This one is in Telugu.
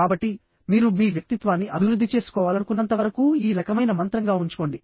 కాబట్టి మీరు మీ వ్యక్తిత్వాన్ని అభివృద్ధి చేసుకోవాలనుకున్నంత వరకు ఈ రకమైన మంత్రంగా ఉంచుకోండి